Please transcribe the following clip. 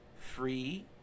free